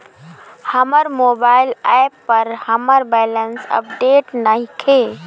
हमर mobile app पर हमर बैलेंस अपडेट नइखे